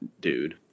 dude